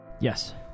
Yes